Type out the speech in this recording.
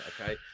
Okay